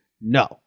No